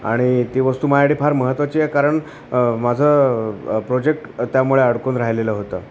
आणि ती वस्तू माझ्यासाठी फार महत्त्वाची आहे कारण माझं प्रोजेक्ट त्यामुळे अडकून राहिलेलं होतं